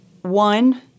one